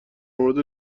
مورد